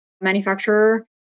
manufacturer